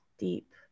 deep